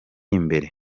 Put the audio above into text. imbere